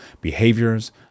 behaviors